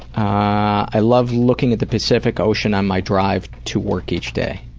i love looking at the pacific ocean on my drive to work each day.